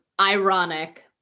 Ironic